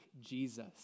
Jesus